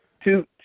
two